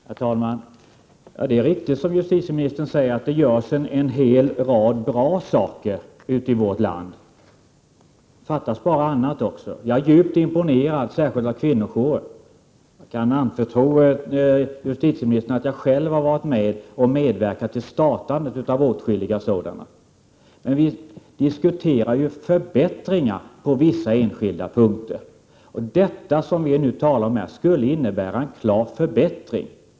Herr talman! Det är riktigt, som justitieministern säger, att det görs en hel rad bra saker ute i vårt land. Fattas bara annat! Jag är djupt imponerad, särskilt av kvinnojourerna. Jag kan anförtro justitieministern att jag själv har medverkat till startandet av åtskilliga sådana. Men vi diskuterar ju förbättringar på vissa enskilda punkter. Det vi nu talar om skulle innebära en klar förbättring.